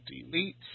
delete